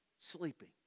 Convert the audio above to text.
sleeping